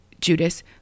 judas